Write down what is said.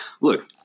look